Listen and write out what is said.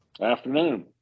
Afternoon